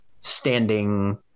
standing